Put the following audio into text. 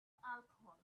alcohol